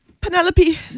Penelope